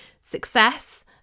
success